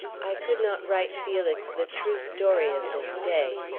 i could not write felix the true story of this day.